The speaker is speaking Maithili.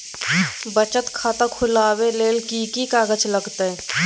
बचत खाता खुलैबै ले कि की कागज लागतै?